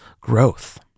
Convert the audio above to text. growth